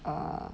err